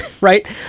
right